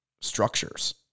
structures